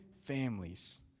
families